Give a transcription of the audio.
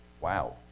Wow